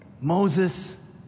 Moses